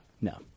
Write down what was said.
No